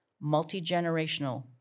multi-generational